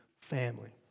family